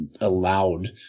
allowed